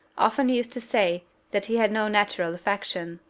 often used to say that he had no natural affection.